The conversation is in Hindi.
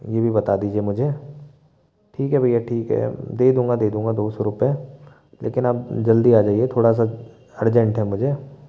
यह भी बता दीजिए मुझे ठीक है भैया ठीक है दे दूंगा दे दूंगा दो सौ रुपए लेकिन आप जल्दी आ जाइए थोड़ा सा अर्जेंट है मुझे